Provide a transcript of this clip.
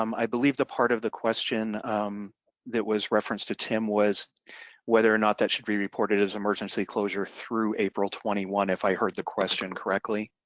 um i believe the part of the question umm that was referenced to tim was whether or not that should be reported as emergency closure through april twenty one, if i heard the question correctly.